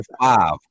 five